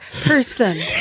Person